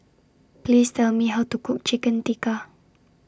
Please Tell Me How to Cook Chicken Tikka